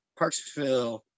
Parksville